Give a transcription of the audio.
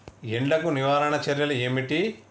ఎండకు నివారణ చర్యలు ఏమిటి?